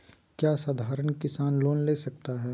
क्या साधरण किसान लोन ले सकता है?